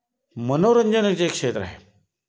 मनोरंजनाचे क्षेत्र आहे